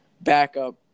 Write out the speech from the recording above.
backup